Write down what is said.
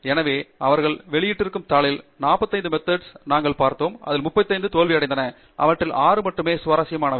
எனவே அவர்கள் வெளியிட்டிருக்கும் தாளில் 45 முறைகளை நாங்கள் பார்த்தோம் அதில் 6 தோல்வியடைந்தன அவற்றில் 6 மட்டுமே சுவாரஸ்யமானவை அந்த 6